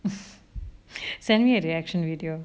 send me a reaction video